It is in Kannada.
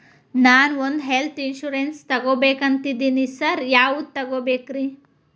ನಾನ್ ಒಂದ್ ಹೆಲ್ತ್ ಇನ್ಶೂರೆನ್ಸ್ ತಗಬೇಕಂತಿದೇನಿ ಸಾರ್ ಯಾವದ ತಗಬೇಕ್ರಿ?